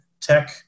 Tech